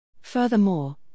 Furthermore